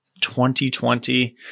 2020